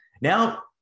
Now